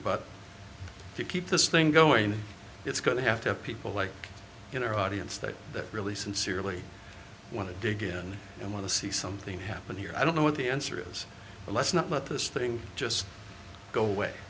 if you keep this thing going it's going to have to have people like in our audience that really sincerely want to dig in and want to see something happen here i don't know what the answer is but let's not let this thing just go away